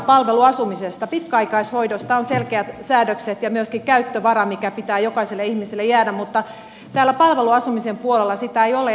pitkäaikaishoidosta on selkeät säädökset ja myöskin käyttövara mikä pitää jokaiselle ihmiselle jäädä mutta täällä palveluasumisen puolella sitä ei ole